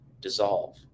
dissolve